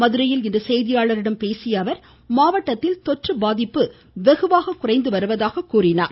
மதுரையில் இன்று செய்தியாளர்களிடம் பேசிய அவர் மாவட்டத்தில் தொற்று பாதிப்பு வெகுவாக குறைந்து வருவதாக கூறினார்